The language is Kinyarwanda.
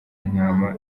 intama